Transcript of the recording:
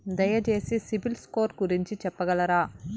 దయచేసి సిబిల్ స్కోర్ గురించి చెప్పగలరా?